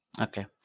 Okay